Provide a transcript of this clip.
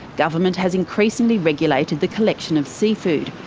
government has increasingly regulated the collection of seafood,